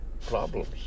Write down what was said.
problems